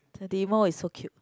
the demo is so cute